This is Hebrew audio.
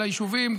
של היישובים.